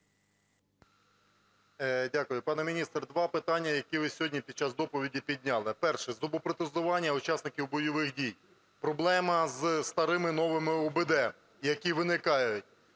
Дякую. Пане міністре, два питання, які ви сьогодні під час доповіді підняли. Перше. Зубопротезування учасників бойових дій. Проблема зі старими новими УБД, які виникають.